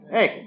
Hey